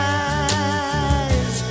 eyes